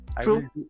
True